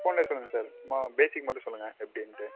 ஃபோனிலே சொல்லுங்க சார் சும்மா பேஸிக் மட்டும் சொல்லுங்க எப்படின்ட்டு